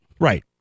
Right